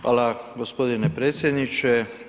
Hvala gospodine predsjedniče.